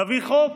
נביא חוק.